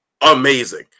Amazing